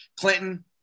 Clinton